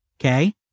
Okay